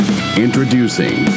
Introducing